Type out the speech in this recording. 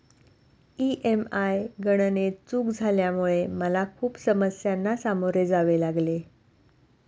EMI गणनेत चूक झाल्यामुळे मला खूप समस्यांना सामोरे जावे लागले